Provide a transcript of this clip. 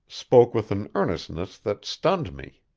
spoke with an earnestness that stunned me.